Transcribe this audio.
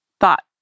thought